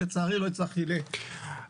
לצערי כנראה לא הצלחתי להסביר.